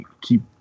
keep